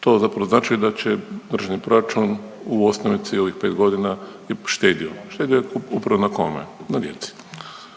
to zapravo znači da će Državni proračun u osnovici ovih 5 godina je štedio. Štedio je upravo na kome? Na djeci.